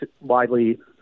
widely